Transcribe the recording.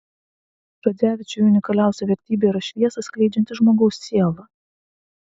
radzevičiui unikaliausia vertybė yra šviesą skleidžianti žmogaus siela